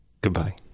goodbye